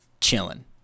chilling